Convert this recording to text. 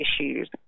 issues